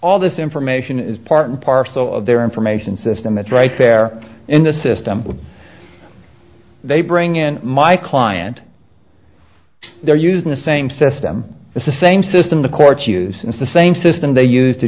all this information is part and parcel of their information system it's right there in the system they bring in my client they're using the same system the same system the courts use since the same system they use to